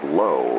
low